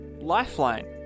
Lifeline